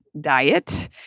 diet